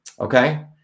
okay